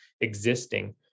existing